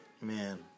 man